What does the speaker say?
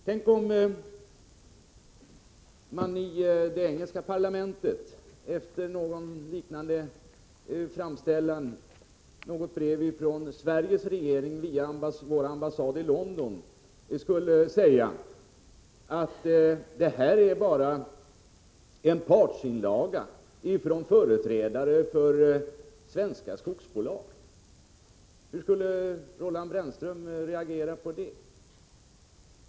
Tänk om man i det engelska parlamentet efter någon liknande framställan från Sveriges regering via vår ambassad i London skulle säga att det här är bara en partsinlaga från företrädare för svenska skogsbolag. Hur skulle Roland Brännström reagera på det?